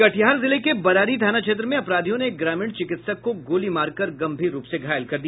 कटिहार जिले के बरारी थाना क्षेत्र में अपराधियों ने एक ग्रामीण चिकित्सक को गोली मारकर गंभीर रूप से घायल कर दिया